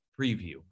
preview